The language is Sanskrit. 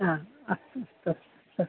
हा अस्तु अस्तु अस्तु